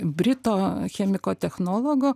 brito chemiko technologo